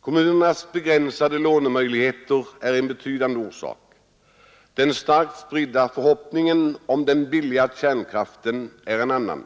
Kommunernas begränsade lånemöjligheter är en betydande orsak. Den starkt spridda förhoppningen om den billiga kärnkraften är en annan.